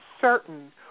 certain